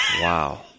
Wow